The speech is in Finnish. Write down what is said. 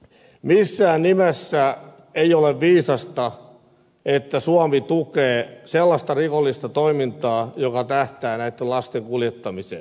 missään nimessä ei ole viisasta että suomi tukee sellaista rikollista toimintaa joka tähtää näiden lasten kuljettamiseen